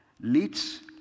leads